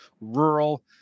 rural